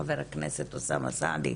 חבר הכנסת אוסאמה סעדי.